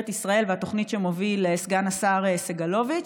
ישראל והתוכנית שמוביל סגן השר סגלוביץ',